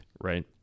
right